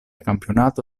campionato